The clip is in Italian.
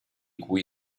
cui